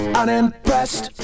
unimpressed